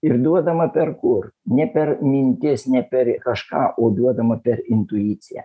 ir duodama per kur ne per mintis ne per kažką o duodama per intuiciją